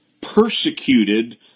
persecuted